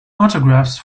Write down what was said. autographs